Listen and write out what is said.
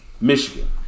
Michigan